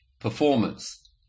performance